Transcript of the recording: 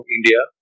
India